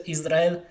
Israel